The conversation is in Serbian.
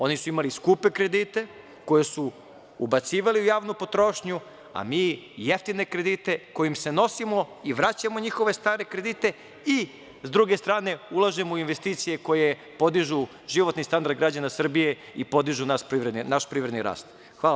Oni su imali skupe kredite koje su ubacivali u javnu potrošnju, a mi jeftine kredite kojim se nosimo i vraćamo njihove stare kredite i sa druge strane, ulažemo u investicije koje podižu životni standard građana Srbije i podižu naš privredni rast.